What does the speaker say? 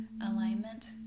alignment